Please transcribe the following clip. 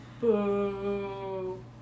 Boo